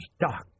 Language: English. dark